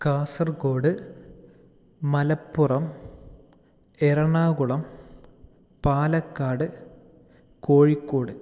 Kasaragod Malappuram Ernakulam Palakkad Kozhikode